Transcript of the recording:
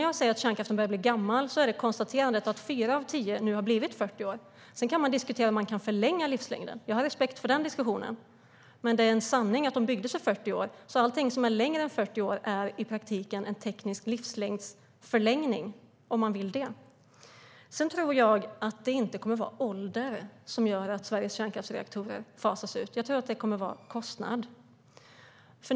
Jag kan konstatera att fyra av tio reaktorer har blivit 40 år. Man kan diskutera om man kan förlänga livslängden, och jag har respekt för den diskussionen. Men det är en sanning att de byggdes för att hålla i 40 år, så allt som är längre än 40 år är i praktiken en teknisk livslängdsförlängning, om man vill det. Jag tror inte att det kommer att vara ålder som gör att Sveriges kärnkraftsreaktorer fasas ut. Jag tror att det kommer att vara kostnad.